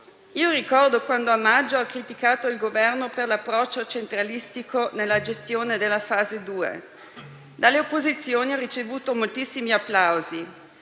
scorso, quando ho criticato il Governo per l'approccio centralistico nella gestione della fase 2, dalle opposizioni ho ricevuto moltissimi applausi.